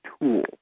tool